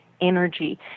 energy